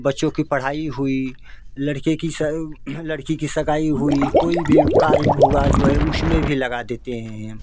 बच्चों की पढ़ाई हुई लड़के की लड़की की सगाई हुई कोई भी कार्य हुआ जो है उसमें भी लगा देते है हम